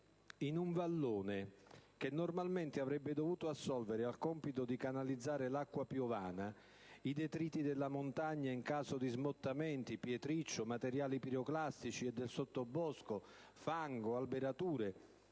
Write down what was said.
In un vallone, che normalmente avrebbe dovuto assolvere al compito di canalizzare l'acqua piovana, i detriti della montagna in caso di smottamenti (pietriccio, materiali piroclastici e del sottobosco, fango, alberature)